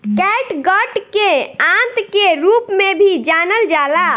catgut के आंत के रूप में भी जानल जाला